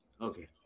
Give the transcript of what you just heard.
Okay